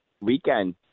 Weekend